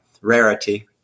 rarity